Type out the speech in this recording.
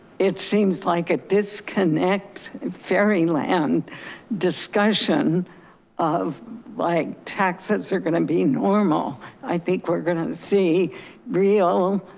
it seems like a disconnect fairy land discussion of like, taxes are gonna be normal. i think we're gonna see real